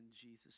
Jesus